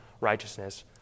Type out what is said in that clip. righteousness